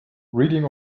reading